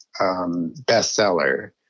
bestseller